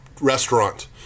Restaurant